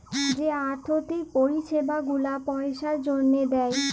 যে আথ্থিক পরিছেবা গুলা পইসার জ্যনহে দেয়